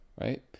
right